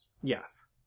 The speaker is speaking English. Yes